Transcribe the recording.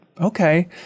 okay